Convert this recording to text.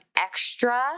extra